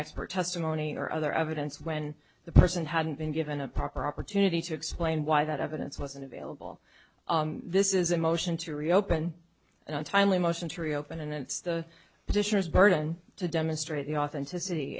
expert testimony or other evidence when the person hadn't been given a proper opportunity to explain why that evidence wasn't available this is a motion to reopen and timely motion to reopen and it's the petitioners burden to demonstrate the authenticity